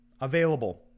available